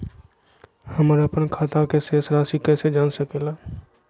हमर अपन खाता के शेष रासि कैसे जान सके ला?